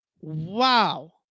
wow